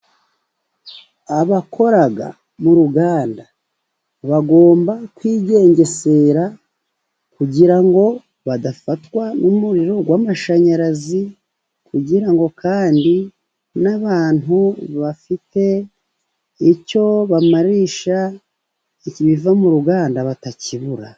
Abakora mu ruganda bagomba kwigengesera, kugira ngo badafatwa n'umuriro w'amashanyarazi, kugira ngo kandi n'abantu bafite icyo bamarisha ikiva mu ruganda batakibura.